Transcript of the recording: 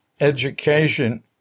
education